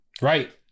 right